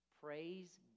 Praise